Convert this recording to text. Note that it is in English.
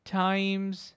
times